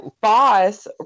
boss